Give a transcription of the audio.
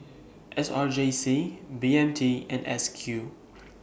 S R J C B N T and S Q